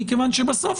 מכיוון שבסוף,